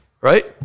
right